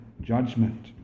judgment